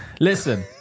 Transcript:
Listen